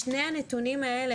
שני הנתונים האלה,